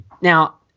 Now